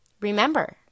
Remember